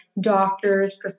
doctors